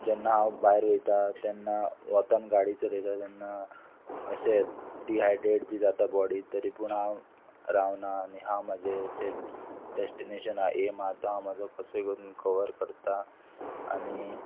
जेन्ना हांव भायर वयता तेन्ना वतान गाडी चलयता तेन्ना अशें डिहायड्रेट बी जाता बॉडी तरी पूण हांव रावना आनी हांव म्हजें जें डेस्टिनेशन आहा एम आहा तो हांव म्हाजो कसोय करून कवर करता आनी